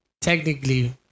technically